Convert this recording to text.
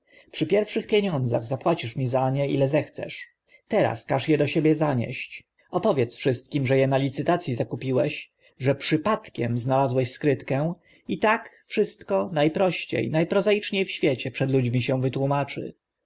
przy pierwszych pieniądzach zapłacisz mi za nie ile zechcesz teraz każ e do siebie zanieść opowiedz wszystkim że e na licytac i zakupiłeś że przypadkiem znalazłeś skrytkę i tak wszystko na proście na prozaicznie w świecie przed ludźmi się wytłumaczy